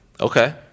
Okay